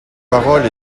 parole